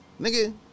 nigga